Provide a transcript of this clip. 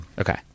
Okay